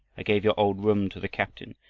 i gave your old room to the captain,